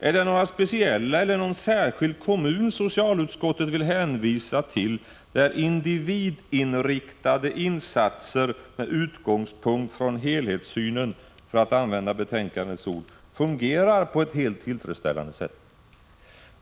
Är det några speciella områden eller någon särskild kommun socialutskottet vill hänvisa till där individinriktade insatser med utgångspunkt från helhetssynen — för att använda betänkandets ord — fungerar på ett helt tillfredsställande sätt?